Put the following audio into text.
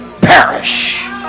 perish